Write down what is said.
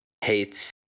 hates